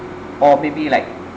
or maybe like